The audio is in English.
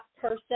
person